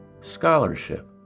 scholarship